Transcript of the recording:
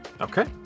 Okay